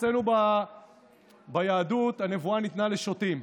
אצלנו ביהדות הנבואה ניתנה לשוטים,